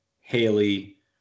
Haley